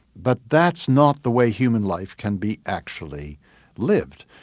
but that's not the way human life can be actually lived.